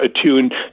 attuned